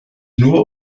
nur